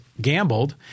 gambled